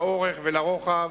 לאורך ולרוחב,